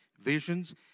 visions